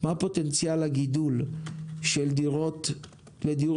מה פוטנציאל הגידול של דירות לדיור